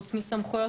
חוץ מסמכויות